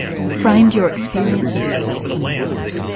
framed your experience of yourself and the world?